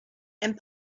and